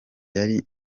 yari